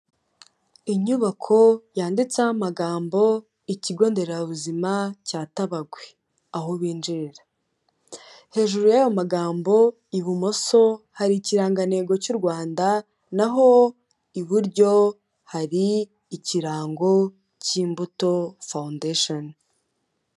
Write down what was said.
Inyubako yanditseho amagambo ikigo nderabuzima cya Tabagwe aho binjirira, hejuru y'ayo magambo ibumoso hari ikirangantego cy'u Rwanda naho iburyo hari ikirango cy'Imbuto Foundation.